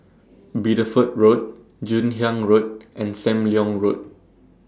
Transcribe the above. Bideford Road Joon Hiang Road and SAM Leong Road